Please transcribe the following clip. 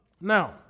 now